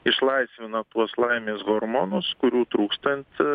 išlaisvina tuos laimės hormonus kurių trūkstant